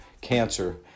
cancer